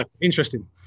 Interesting